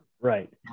Right